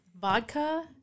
vodka